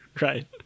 Right